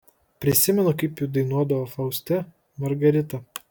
prisimenu kaip ji dainuodavo fauste margaritą